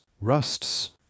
rusts